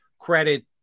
credit